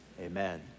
amen